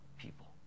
people